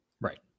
Right